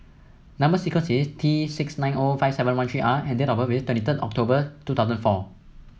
number sequence is T six nine O five seven one three R and date of birth is twenty third October two thosuand four